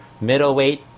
middleweight